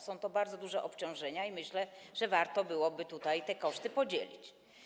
Są to bardzo duże obciążenia i myślę, że warto byłoby te koszty podzielić.